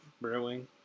brewing